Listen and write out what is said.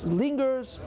lingers